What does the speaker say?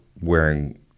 wearing